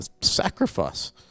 sacrifice